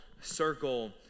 circle